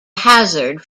hazard